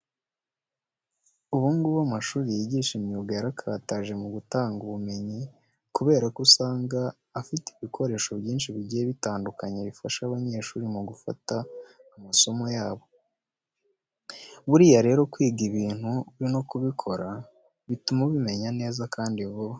Ubu ngubu amashuri yigisha imyuga yarakataje mu gutanga ubumenyi, kubera ko usanga afite ibikoresho byinshi bigiye bitandukanye, bifasha abanyeshuri mu gufata amasomo yabo. Buriya rero kwiga ibintu uri no kubikora bituma ubimenya neza cyane kandi vuba.